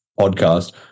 podcast